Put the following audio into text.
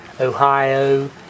Ohio